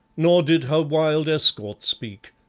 nor did her wild escort speak,